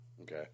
okay